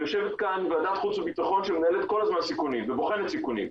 ויושבת כאן ועדת החוץ והביטחון שמנהלת כל הזמן סיכונים ובוחנת סיכונים.